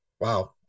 Wow